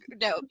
no